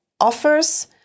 Offers